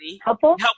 Helpful